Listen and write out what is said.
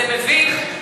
זה מביך.